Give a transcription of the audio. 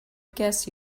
guess